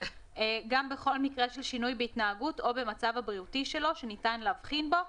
בכל מקרה של שינוי בהתנהגות או במצב הבריאותי שלו שניתן להבחין בו,